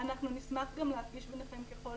נשמח להפגיש ביניכם, ככל